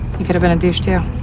you coulda been a douche too.